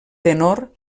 tenor